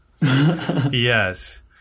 Yes